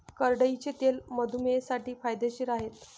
करडईचे तेल मधुमेहींसाठी फायदेशीर आहे